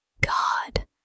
God